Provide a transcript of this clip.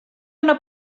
una